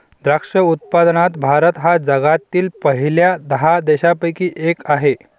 द्राक्ष उत्पादनात भारत हा जगातील पहिल्या दहा देशांपैकी एक आहे